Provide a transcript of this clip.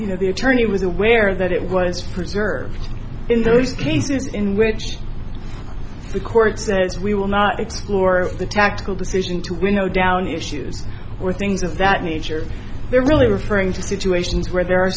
you know the attorney was aware that it was preserved in those cases in which the court says we will not explore the tactical decision to winnow down the issues or things of that nature there really referring to situations where there are